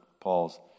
Paul's